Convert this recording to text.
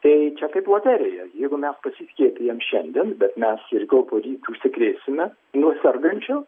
tai čia kaip loterija jeigu mes pasiskiepijam šiandien bet mes rytoj poryt užsikrėsime nuo sergančio